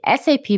SAP